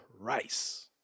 rice